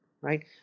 Right